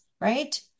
right